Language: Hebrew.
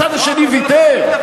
הצד השני ויתר?